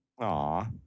Aw